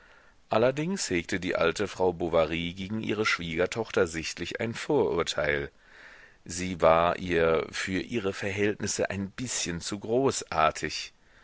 allerdings hegte die alte frau bovary gegen ihre schwiegertochter sichtlich ein vorurteil sie war ihr für ihre verhältnisse ein bißchen zu